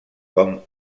com